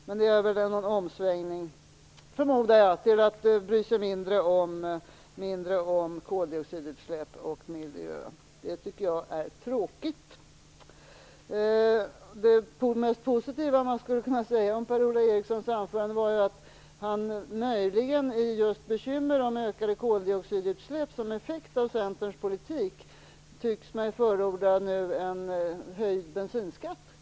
Men jag förmodar att man gör en omsvängning till att bry sig mindre om koldioxidutsläpp och miljö. Jag tycker att det är tråkigt. Det mest positiva man skulle kunna säga om Per Ola Erikssons anförande är att han, möjligen på grund av bekymmer om ökade koldioxidutsläpp som effekt av Centerns politik, nu tycks förorda en höjd bensinskatt.